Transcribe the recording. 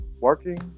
working